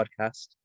podcast